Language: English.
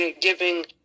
giving